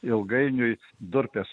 ilgainiui durpės